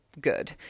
good